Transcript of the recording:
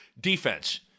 Defense